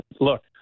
Look